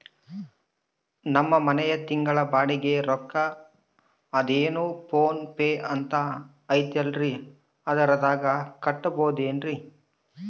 ನಮ್ಮ ಮನೆಯ ತಿಂಗಳ ಬಾಡಿಗೆ ರೊಕ್ಕ ಅದೇನೋ ಪೋನ್ ಪೇ ಅಂತಾ ಐತಲ್ರೇ ಅದರಾಗ ಕಟ್ಟಬಹುದೇನ್ರಿ?